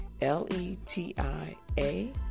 L-E-T-I-A